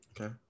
Okay